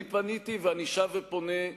אני פניתי, ואני שב ופונה,